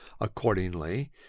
accordingly